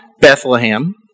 Bethlehem